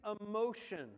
emotion